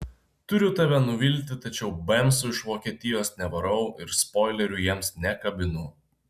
turiu tave nuvilti tačiau bemsų iš vokietijos nevarau ir spoilerių jiems nekabinu